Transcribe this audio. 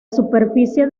superficie